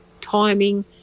timing